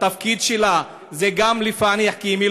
התפקיד שלה זה גם לפענח,